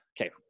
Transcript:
okay